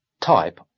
type